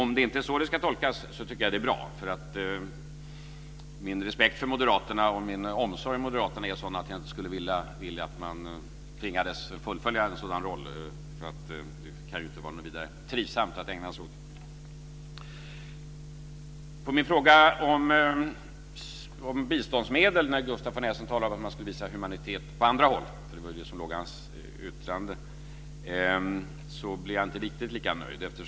Om det inte är så det ska tolkas tycker jag att det är bra. Min respekt för och min omsorg om moderaterna är sådan att jag inte skulle vilja att man tvingades fullfölja en sådan roll. Det kan ju inte vara något vidare trivsamt att ägna sig åt. När det gällde min fråga om biståndsmedel talade Gustaf von Essen om att man ska visa humanitet på andra håll. Det var ju det som låg i hans yttrande. Med det blev jag inte riktigt lika nöjd.